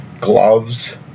gloves